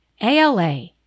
ALA